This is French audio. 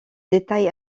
détails